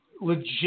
legit